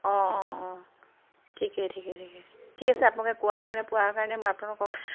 অঁ অঁ অঁ ঠিকে ঠিকে ঠিকে ঠিক আছে আপোনালোকে কোৱা ধৰণে পোৱা কাৰণে মই আপোনালোকক